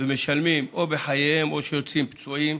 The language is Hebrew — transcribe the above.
ומשלמים בחייהם או שיוצאים פצועים